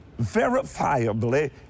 verifiably